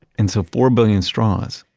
and so four billion straws.